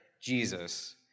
Jesus